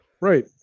right